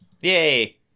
Yay